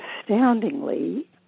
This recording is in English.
astoundingly